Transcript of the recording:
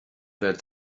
that